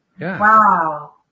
Wow